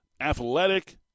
athletic